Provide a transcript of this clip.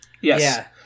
Yes